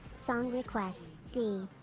song request d